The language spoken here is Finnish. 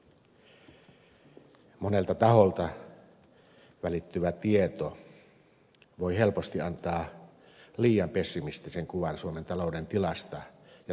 monelta taholta välittyvä tieto voi helposti antaa liian pessimistisen kuvan suomen talouden tilasta ja tulevaisuudesta